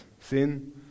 Sin